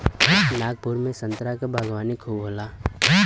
नागपुर में संतरा क बागवानी खूब होला